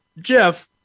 Jeff